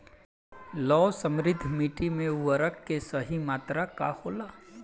लौह समृद्ध मिट्टी में उर्वरक के सही मात्रा का होला?